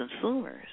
consumers